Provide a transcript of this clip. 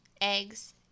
eggs